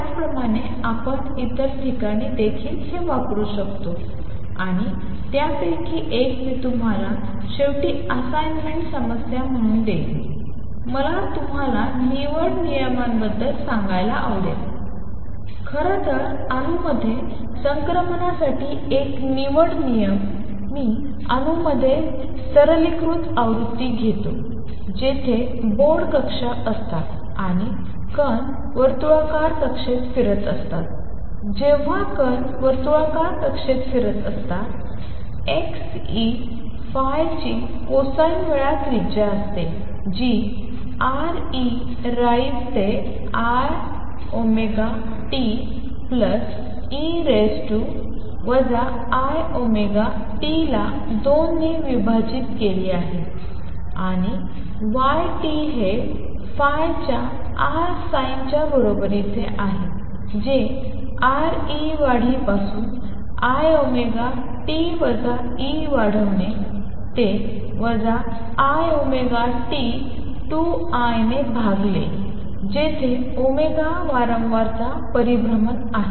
त्याचप्रमाणे आपण इतर ठिकाणी देखील हे वापरू शकतो आणि त्यापैकी एक मी तुम्हाला शेवटी असाइनमेंट समस्या म्हणून देईन मला तुम्हाला निवड नियमांबद्दल सांगायला आवडेल खरं तर अणूंमध्ये संक्रमणासाठी एक निवड नियम मी अणूंमध्ये सरलीकृत आवृत्ती घेतो जिथे बोर्ड कक्षा असतात आणि कण वर्तुळाकार कक्षेत फिरत असतात जेव्हा कण वर्तुळाकार कक्षेत फिरत असतात x ही phi ची कोसाइन वेळा त्रिज्या असते जी आर ई राईज ते i omega t plus E rise असते वजा आय ओमेगा टीला 2 ने विभाजित केले आणि yt हे phi च्या R sin च्या बरोबरीचे आहे जे R e वाढीपासून i ओमेगा टी वजा e वाढवणे ते वजा i ओमेगा टी 2i ने भागले जेथे ओमेगा वारंवारता परिभ्रमण आहे